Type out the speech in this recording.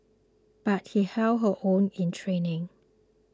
but she held her own in training